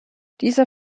dieser